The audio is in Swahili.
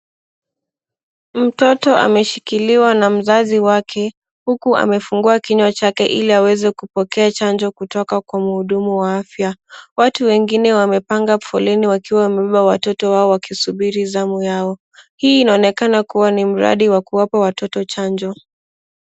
Mtoto ameshikiliwa na mzazi wake, huku amefungua kinywa chake ili aweze kupokea chanjo kutoka kwa mhudumu wa afya. Watu wengine wamepanga foleni wakiwa wamebeba watoto wao, wakisubiri zamu yao. Hii inaonekana kama ni mradi wa kuwapatia watoto chanjo.